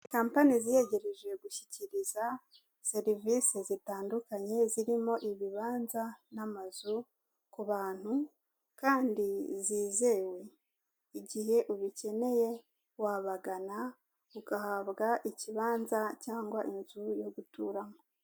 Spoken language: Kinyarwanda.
Kampani ziyegereje gushyikiriza serivisi zitandukanye zirimo ibibanza n'amazu ku bantu kandi zizewe, igihe ubikeneye wabagana ugahabwa ikibanza cyangwa inzu yo guturamo.